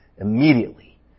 Immediately